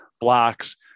blocks